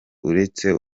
uretse